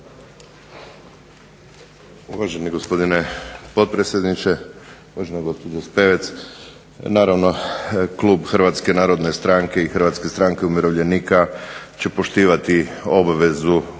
Uvaženi gospodine potpredsjedniče, uvažena gospođo Spevec. Naravno Klub Hrvatske narodne stranke i Hrvatske stranke umirovljenika će poštivati obvezu